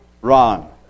Ron